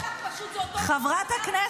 --- זה פשוט אותו הדבר,